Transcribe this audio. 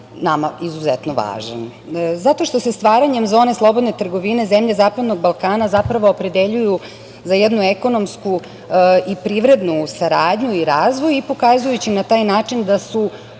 nama izuzetno važan. Zato što se stvaranjem zone slobodne trgovine zemlje Zapadnog Balkana zapravo opredeljuju za jednu ekonomsku i privrednu saradnju i razvoj i, pokazujući na taj način, da su